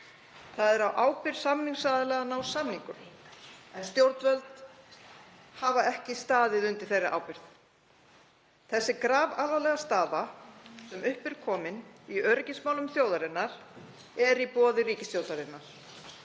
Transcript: Það er á ábyrgð samningsaðila að ná samningum, en stjórnvöld hafa ekki staðið undir þeirri ábyrgð. Sú grafalvarlega staða sem upp er komin í öryggismálum þjóðarinnar er í boði ríkisstjórnarinnar.